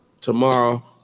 Tomorrow